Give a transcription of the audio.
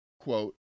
quote